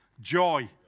Joy